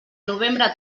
novembre